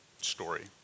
story